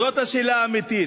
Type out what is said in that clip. זו השאלה האמיתית.